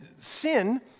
sin